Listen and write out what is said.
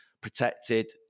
protected